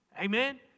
Amen